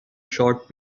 short